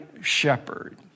shepherd